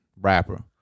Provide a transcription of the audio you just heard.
rapper